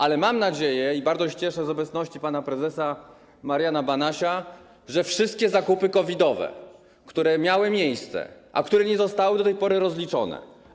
Ale mam nadzieję, i bardzo się cieszę z obecności pana prezesa Mariana Banasia, że wszystkie zakupy COVID-owe, które miały miejsce, a które nie zostały do tej pory rozliczone.